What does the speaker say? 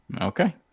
Okay